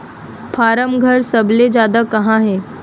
form घर सबले जादा कहां हे